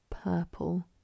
purple